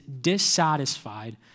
dissatisfied